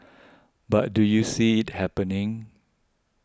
but do you see it happening